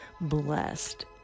blessed